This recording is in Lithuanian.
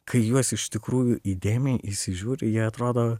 kai į juos iš tikrųjų įdėmiai įsižiūri jie atrodo